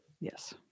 Yes